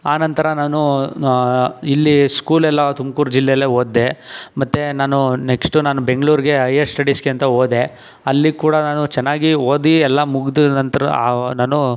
ಆನಂತರ ನಾನು ಇಲ್ಲಿ ಸ್ಕೂಲೆಲ್ಲ ತುಮ್ಕೂರು ಜಿಲ್ಲೆಲ್ಲೇ ಓದಿದೆ ಮತ್ತು ನಾನು ನೆಕ್ಸ್ಟು ನಾನು ಬೆಂಗಳೂರ್ಗೆ ಹೈಯರ್ ಸ್ಟಡೀಸ್ಗೆ ಅಂತ ಹೋದೆ ಅಲ್ಲಿ ಕೂಡ ನಾನು ಚೆನ್ನಾಗಿ ಓದಿ ಎಲ್ಲ ಮುಗಿದ ನಂತರ ನಾನು